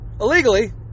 illegally